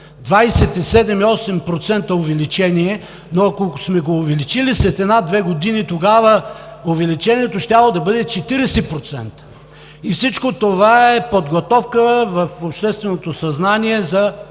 27,8% увеличение, но ако сме го увеличили след една-две години, тогава увеличението щяло да бъде 40%. И всичко това е подготовка на общественото съзнание за